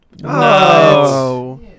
No